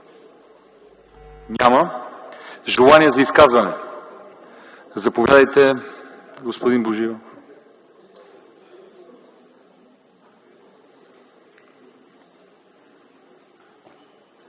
Няма. Желания за изказвания? Заповядайте, господин Божинов.